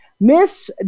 Miss